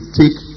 take